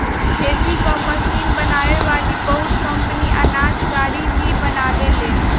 खेती कअ मशीन बनावे वाली बहुत कंपनी अनाज गाड़ी भी बनावेले